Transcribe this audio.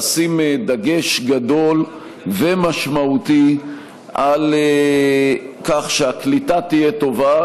לשים דגש גדול ומשמעותי על כך שהקליטה תהיה טובה,